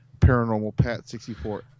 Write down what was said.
paranormalpat64